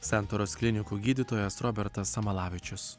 santaros klinikų gydytojas robertas samalavičius